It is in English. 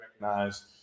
recognize